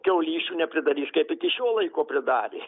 kiaulysčių nepridarys kaip iki šio laiko pridarė